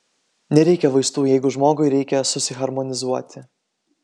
nereikia vaistų jeigu žmogui reikia susiharmonizuoti